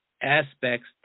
aspects